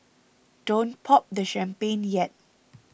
don't pop the champagne yet